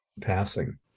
Passing